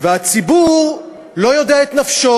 והציבור לא יודע את נפשו.